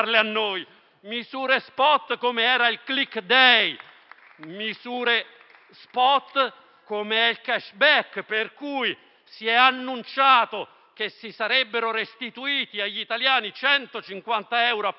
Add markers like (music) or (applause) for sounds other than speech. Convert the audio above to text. Misure *spot* come era il *click day*. (applause) Misure *spot* com'è il *cashback*, per cui si è annunciato che si sarebbero restituiti agli italiani 150 euro a persona